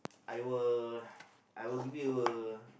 I will I will give you a